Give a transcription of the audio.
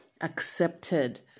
accepted